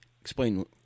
Explain